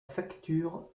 facture